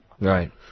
Right